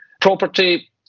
property